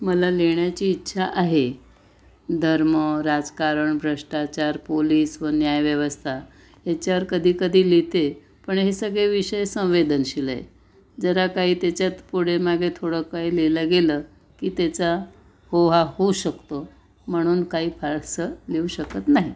मला लिहिण्याची इच्छा आहे धर्म राजकारण भ्रष्टाचार पोलीस व न्यायव्यवस्था ह्याच्यावर कधी कधी लिहिते पण हे सगळे विषय संवेदनशील आहेत जरा काही त्याच्यात पुढे मागे थोडं काही लिहिलं गेलं की त्याचा होहा होऊ शकतो म्हणून काही फारसं लिहू शकत नाही